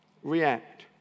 react